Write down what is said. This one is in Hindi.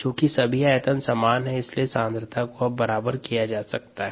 चूंकि सभी आयतन समान हैं इसलिए सांद्रता को अब बराबर किया जा सकता है